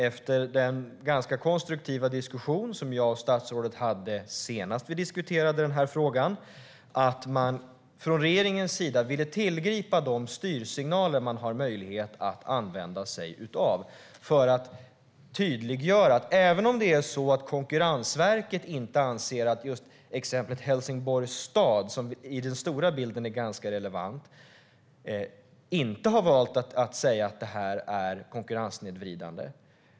Efter den ganska konstruktiva diskussion som jag och statsrådet hade senast vi diskuterade frågan hade man kunnat hoppas att man från regeringens sida ville tillgripa de styrsignaler man har möjlighet att använda sig av. Det gäller att tydliggöra vad som gäller. Konkurrensverket har inte valt att säga att Helsingborgs stads agerande, som i den stora bilden är ganska relevant, är konkurrenssnedvridande.